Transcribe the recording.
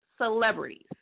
celebrities